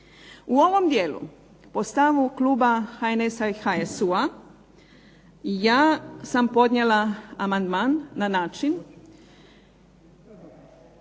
U ovom dijelu po stavu kluba HNS-a i HSU-a ja sam podnijela amandman na način